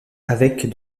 avec